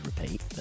repeat